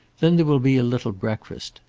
then there will be a little breakfast.